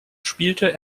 spielte